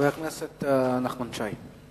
חבר הכנסת נחמן שי.